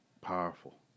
Powerful